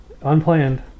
Unplanned